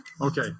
Okay